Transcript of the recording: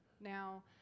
now